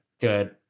good